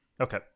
Okay